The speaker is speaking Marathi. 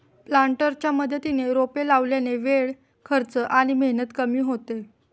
प्लांटरच्या मदतीने रोपे लावल्याने वेळ, खर्च आणि मेहनत कमी होते